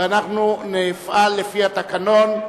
ואנחנו נפעל לפי התקנון,